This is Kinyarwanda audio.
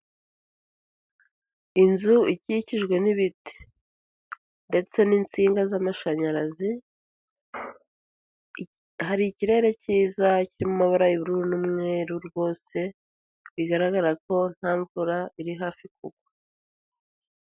Inzu ikikijwe n'ibiti ndetse n'insinga z'amashanyarazi. Hari ikirere cyiza kirimo amabara y'ubururu n'umweru rwose bigaragara ko nta mvura iri hafi kugwa.